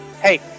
hey